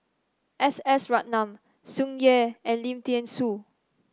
S S Ratnam Tsung Yeh and Lim Thean Soo